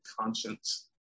conscience